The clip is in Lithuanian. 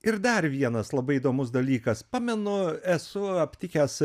ir dar vienas labai įdomus dalykas pamenu esu aptikęs